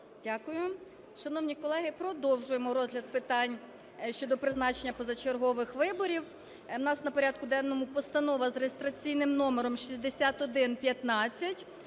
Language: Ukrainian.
Дякую. Шановні колеги, продовжуємо розгляд питань щодо призначення позачергових виборів. У нас на порядку денному Постанова з реєстраційним номером 6115.